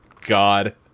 God